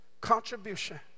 contribution